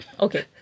okay